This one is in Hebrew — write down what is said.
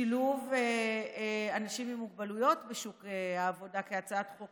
שילוב אנשים עם מוגבלויות בשוק העבודה כהצעת חוק